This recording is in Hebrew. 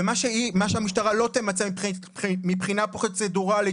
ומה שהמשטרה לא תמצה מבחינה פרוצדורלית,